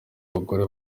bagore